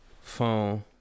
phone